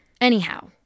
Anyhow